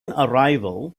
arrival